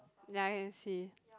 ya I can see